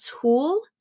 tool